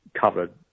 covered